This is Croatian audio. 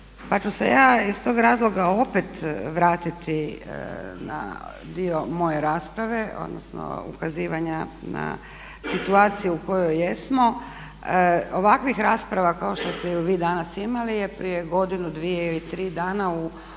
Pa ću se ja iz tog razloga opet vratiti na dio moje rasprave, odnosno ukazivanja na situaciju u kojoj jesmo. Ovakvih rasprava kao što ste ju vi danas imali je prije godinu, dvije ili tri dana u